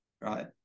right